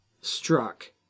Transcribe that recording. struck